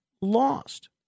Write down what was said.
lost